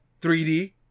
3D